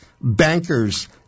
bankers